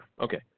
okay